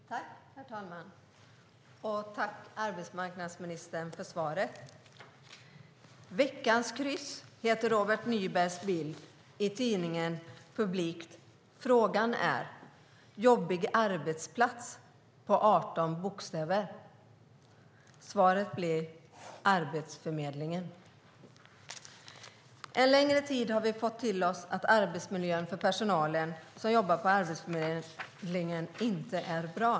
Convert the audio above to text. Herr talman! Jag tackar arbetsmarknadsministern för svaret. "Veckans kryss" heter Robert Nybergs bild i det nummer av tidningen Publikt jag nu håller upp. Frågan i bilden lyder: Jobbig arbetsplats på 18 bokstäver? Svaret blir: Arbetsförmedlingen. En längre tid har vi fått höra att arbetsmiljön för personalen som jobbar på Arbetsförmedlingen inte är bra.